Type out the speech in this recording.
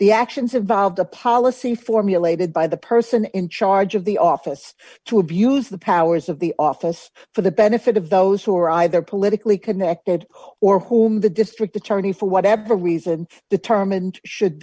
the actions of valve the policy formulated by the person in charge of the office to abuse the powers of the office for the benefit of those who are either politically connected or whom the district attorney for whatever reason determined should